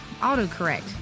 Autocorrect